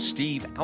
Steve